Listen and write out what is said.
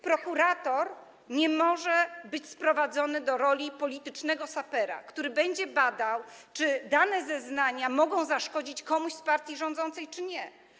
Prokurator nie może być sprowadzony do roli politycznego sapera, który będzie badał czy dane zeznania mogą zaszkodzić komuś z partii rządzącej, czy nie.